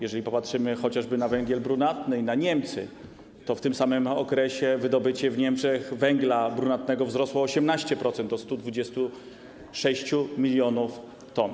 Jeżeli popatrzymy chociażby na węgiel brunatny i na Niemcy, to w tym samym okresie wydobycie w Niemczech węgla brunatnego wzrosło o 18%, do 126 mln t.